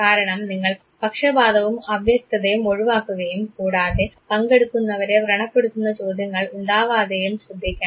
കാരണം നിങ്ങൾ പക്ഷപാതവും അവ്യക്തതയും ഒഴിവാക്കുകയും കൂടാതെ പങ്കെടുക്കുന്നവരെ വ്രണപ്പെടുത്തുന്ന ചോദ്യങ്ങൾ ഉണ്ടാവാതെയും ശ്രദ്ധിക്കണം